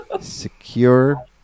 secure